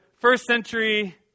first-century